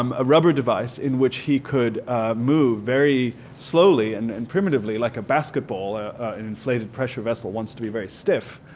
um a rubber device in which he could move very slowly and and primitively like a basketball inflated pressure vessel wants to be very stiff.